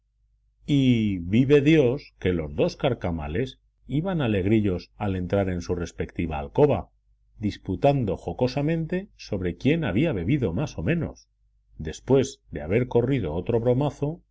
vive dios que los dos carcamales iban alegrillos al entrar en su respectiva alcoba disputando jocosamente sobre quién había bebido más o menos después de haber corrido otro bromazo